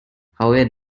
however